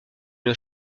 une